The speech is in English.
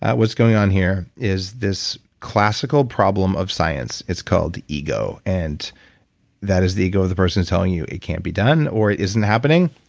what's going on here is this classical problem of science. it's called ego and that is the ego of the person telling you it can't be done or isn't happening.